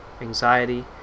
anxiety